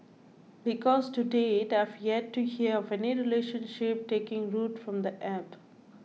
because to date I have yet to hear of any relationship taking root from the App